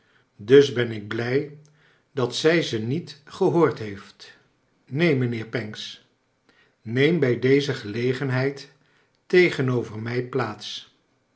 dus ben ik blij dat zij ze niet gehoord heeft neen mijnheer pancks neem bij deze gelegenheid tegenover mij plaats